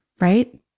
right